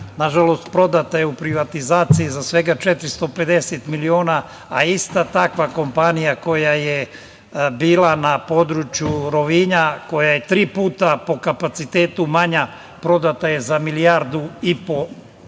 nažalost prodata je u privatizaciji za svega 450 miliona, a ista takva kompanija koja je bila na području Rovinja, koja je tri puta po kapacitetu manja, prodata je za 1,5 milijardu evra.